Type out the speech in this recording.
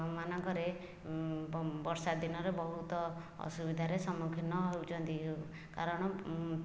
ମାନଙ୍କରେ ବର୍ଷାଦିନରେ ବହୁତ ଅସୁବିଧାରେ ସମୁଖୀନ ହେଉଛନ୍ତି କାରଣ